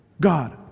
God